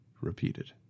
repeated